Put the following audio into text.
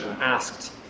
asked